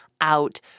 out